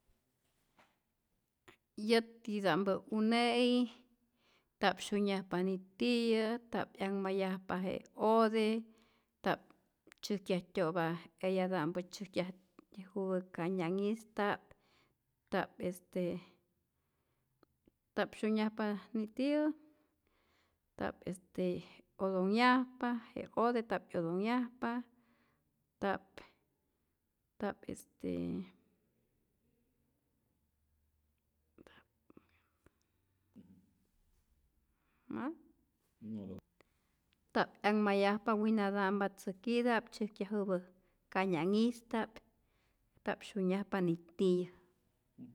Yätita'mpä une'i ntap syunyajpa nitiyä, nta'p 'yanhmayajpa je ote, nta'p tzyäjkyajtyo'pa eyata'mpä tzyäjkyajupä kanya'nhista'p, nta'p este nta'p syunyajpa nitiyä, nta'p este otonhyajpa je ote nta'p 'yotonhyajpa, nta'p nta'p este nta'p 'yanhmayajpa winata'mpä tzäkita'p tzyäjkyajupä kanya'nhista'p, nta'p syunyjapa nitiyä.